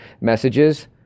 messages